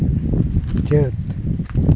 ᱪᱟᱹᱛ